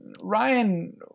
Ryan